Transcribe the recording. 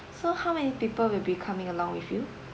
so how many people will becoming along with you